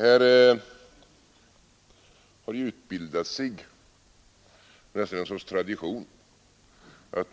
Här har utbildat sig ett slags tradition;